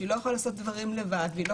שהיא לא יכולה לעשות דברים ושהיא לא